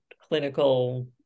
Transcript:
clinical